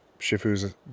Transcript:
Shifu's